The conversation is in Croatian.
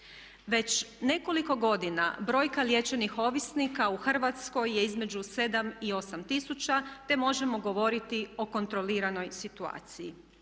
Već nekoliko godina brojka liječenih ovisnika u Hrvatskoj je između 7 i 8000, te možemo govoriti o kontroliranoj situaciji.